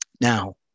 Now